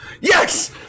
Yes